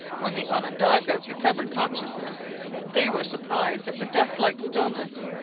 when the onondagas recovered consciousness they were surprised at the deathlike stillness.